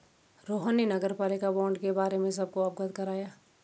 रोहन ने नगरपालिका बॉण्ड के बारे में सबको अवगत कराया